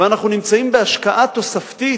ואנחנו נמצאים בהשקעה תוספתית,